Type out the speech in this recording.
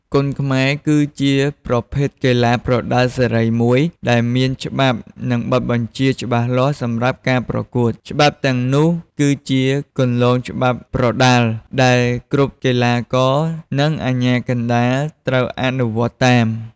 គុនខ្មែរ គឺជាប្រភេទកីឡាប្រដាល់សេរីមួយ ដែលមាន ច្បាប់ និងបទបញ្ជាច្បាស់លាស់ សម្រាប់ការប្រកួត ច្បាប់ទាំងនោះ គឺជា "គន្លងច្បាប់ប្រដាល់" ដែលគ្រប់កីឡាករ និងអាជ្ញាកណ្ដាលត្រូវអនុវត្តតាម។